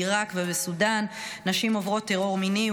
בעיראק ובסודן נשים עוברות טרור מיני.